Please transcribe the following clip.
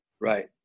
Right